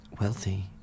wealthy